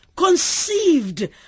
conceived